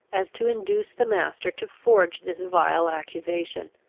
as to induce the master to forge this vile accusation.